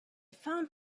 found